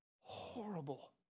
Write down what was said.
horrible